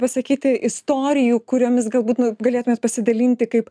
pasakyti istorijų kuriomis galbūt nu galėtumėt pasidalinti kaip